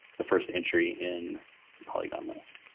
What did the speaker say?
the first entry in the polygon list.